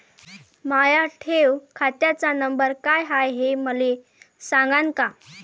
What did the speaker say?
माया ठेव खात्याचा नंबर काय हाय हे मले सांगान का?